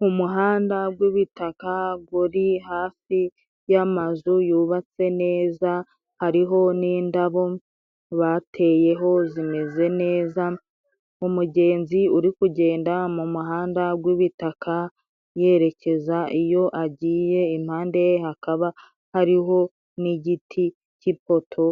Mu muhanda gwi'bitaka guri hafi y'amazu yubatse neza hariho n'indabo bateyeho zimeze neza, umugenzi uri kugenda mu muhanda gw'ibitaka yerekeza iyo agiye, impande ye hakaba hariho n'igiti cy'ipoto